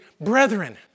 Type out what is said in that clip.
brethren